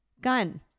Gun